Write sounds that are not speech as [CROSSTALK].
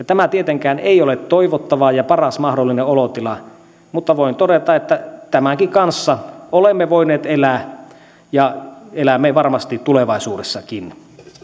[UNINTELLIGIBLE] tämä ei tietenkään ole toivottavaa ja paras mahdollinen olotila mutta voin todeta että tämänkin kanssa olemme voineet elää ja elämme varmasti tulevaisuudessakin